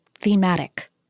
thematic